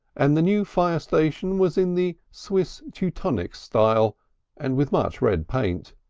and the new fire station was in the swiss-teutonic style and with much red paint.